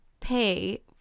pay